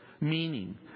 meaning